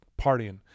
partying